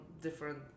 different